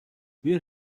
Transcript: where